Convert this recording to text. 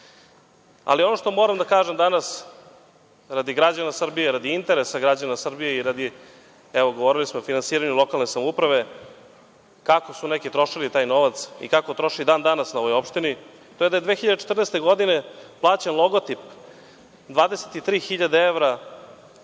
što moram danas da kažem, radi građana Srbije, radi interesa građana Srbije i radi, evo govorili smo o finansiranju lokalnih samouprava, kako su neki trošili taj novac i kako troše i dan danas na ovoj opštini, to je da je 2014. godine plaćana logotip 23.000 evra.